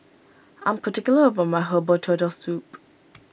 I am particular about my Herbal Turtle Soup